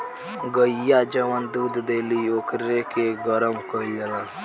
गइया जवन दूध देली ओकरे के गरम कईल जाला